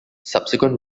subsequent